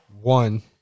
One